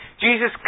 Jesus